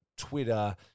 Twitter